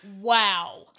wow